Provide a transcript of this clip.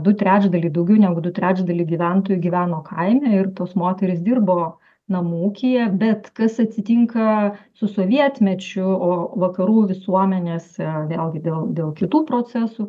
du trečdaliai daugiau negu du trečdaliai gyventojų gyveno kaime ir tos moterys dirbo namų ūkyje bet kas atsitinka su sovietmečiu o vakarų visuomenėse vėlgi dėl dėl kitų procesų